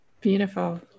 Beautiful